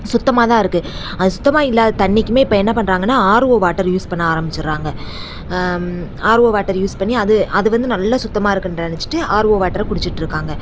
சுத்தமாக தான் இருக்குது அது சுத்தமாக இல்லாத தண்ணிக்குமே இப்போ என்ன பண்றாங்கன்னால் ஆர்ஓ வாட்டர் யூஸ் பண்ண ஆரமிச்சிடுறாங்க ஆர்ஓ வாட்டர் யூஸ் பண்ணி அது அது வந்து நல்லா சுத்தமாக இருக்குன்னு நினச்சிட்டு ஆர்ஓ வாட்டரை குடிச்சிட்டிருக்காங்க